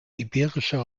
iberische